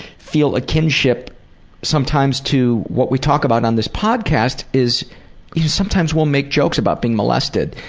feel a kinship sometimes to what we talk about on this podcast, is sometimes we'll make jokes about being molested.